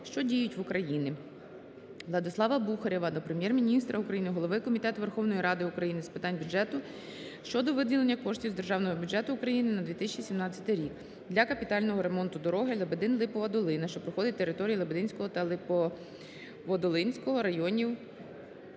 що діють в Україні. Владислава Бухарєва до Прем'єр-міністра України, голови Комітету Верховної Ради України з питань бюджету щодо виділення коштів з Державного бюджету України на 2017 рік для капітального ремонту дороги Лебедин – Липова Долина, що проходить територією Лебединського та Липоводолинського районів